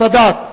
סאדאת.